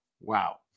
Wow